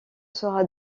sera